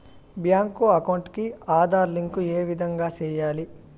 Bank account కి Aadhaar link ఏ విధంగా సెయ్యాలి?